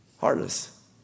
Heartless